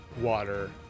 water